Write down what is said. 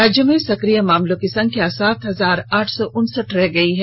राज्य में सक्रिय मामलों की संख्या सात हजार आठ सौ उनसठ रह गयी है